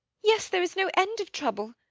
yes, there is no end of trouble.